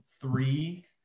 three